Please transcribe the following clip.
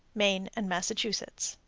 maine and massachusetts.